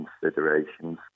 considerations